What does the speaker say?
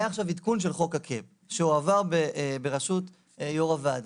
היה עכשיו עדכון של חוק הקאפ שהועבר בראשות יו"ר הוועדה.